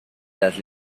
las